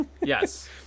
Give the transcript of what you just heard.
Yes